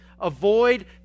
avoid